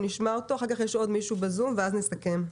אחר כך יש עוד מישהו בזום ואז נסכם.